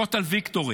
TOTAL VICTORY,